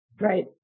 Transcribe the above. Right